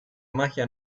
magia